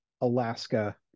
Alaska